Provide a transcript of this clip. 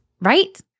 right